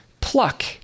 pluck